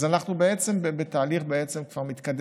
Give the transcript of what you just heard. אז אנחנו בעצם כבר בתהליך מתקדם,